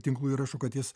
tinklų įrašų kad jis